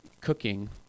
cooking